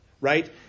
right